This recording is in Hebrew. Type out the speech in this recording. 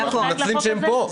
אבל אנחנו מנצלים את זה שהם פה.